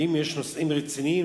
ואם יש נושאים רציניים,